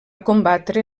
combatre